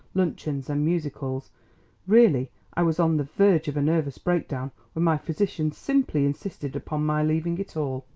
luncheons and musicales really, i was on the verge of a nervous breakdown when my physician simply insisted upon my leaving it all.